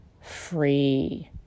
free